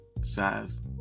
size